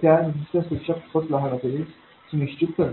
त्या रेझिस्टन्सपेक्षा खूपच लहान असेल हे सुनिश्चित करणे